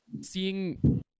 seeing